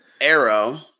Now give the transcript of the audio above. arrow